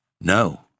No